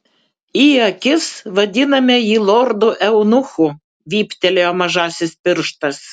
į akis vadiname jį lordu eunuchu vyptelėjo mažasis pirštas